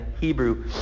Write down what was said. Hebrew